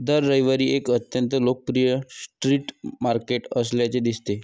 दर रविवारी एक अत्यंत लोकप्रिय स्ट्रीट मार्केट असल्याचे दिसते